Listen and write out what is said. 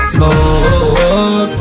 Smoke